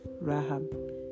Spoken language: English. Rahab